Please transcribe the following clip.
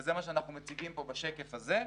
וזה מה שאנחנו מציגים פה בשקף הזה,